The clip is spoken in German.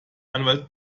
anwalt